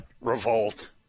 revolt